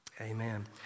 Amen